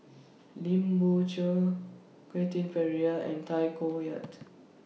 Lim Biow Chuan Quentin Pereira and Tay Koh Yat